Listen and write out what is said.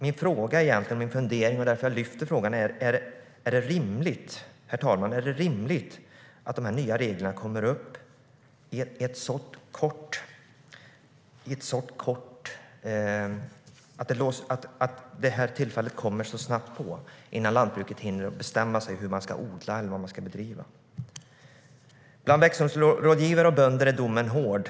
Min fundering är, herr talman - och det är på grund av detta jag tar upp frågan: Är det rimligt att de här nya reglerna kommer så snabbt på, innan lantbruket hinner bestämma sig för hur man ska odla och vad man ska bedriva? Bland växtodlingsrådgivare och bönder är domen hård.